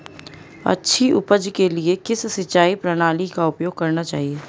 अच्छी उपज के लिए किस सिंचाई प्रणाली का उपयोग करना चाहिए?